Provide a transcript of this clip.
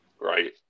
Right